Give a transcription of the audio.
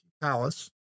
palace